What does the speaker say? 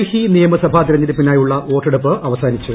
ഡൽഹി നിയമസഭാ തെരഞ്ഞെടുപ്പിനായുള്ള വോട്ടെടുപ്പ് അവസാനിച്ചു